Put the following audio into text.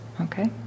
okay